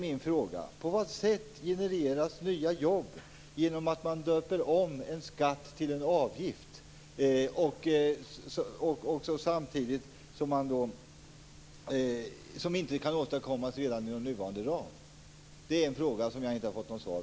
Min fråga är: På vilket sätt genereras nya jobb genom att en skatt döps om till avgift - jobb som inte kan åstadkommas inom nuvarande ram? På den frågan har jag inte fått något svar.